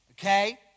Okay